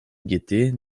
guettait